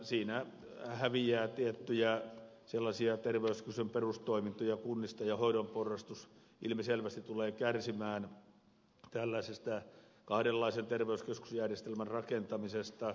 siinä häviää tiettyjä terveyskeskusten perustoimintoja kunnista ja hoidon porrastus tulee ilmiselvästi kärsimään tällaisesta kahdenlaisen terveyskeskusjärjestelmän rakentamisesta